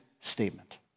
statement